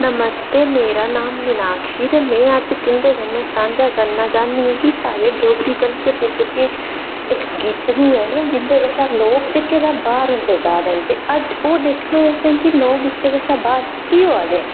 नमस्ते मेरा नाम मीनाक्षी ते में अज्ज तुं'दे कन्नै साझां करना चाह्न्नीं के साढ़े डोगरी कल्चर दे जेहके इक गीतड़ू हैन जिंदे कशा लोक जेहके बाहर होंदे जारदे ना ते अज्ज ओह् दिक्खना असें कि लोक इसदे कशा बाहर की होआ दे न